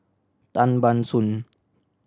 Tan Ban Soon